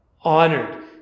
honored